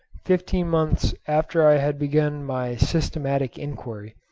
fifteen months after i had begun my systematic enquiry,